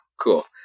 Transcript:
Cool